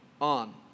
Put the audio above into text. on